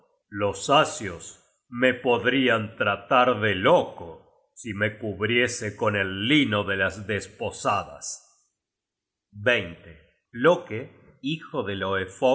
los asios me podrian tratar de loco si me cubriese con el lino de las desposadas loke hijo de